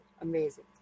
amazing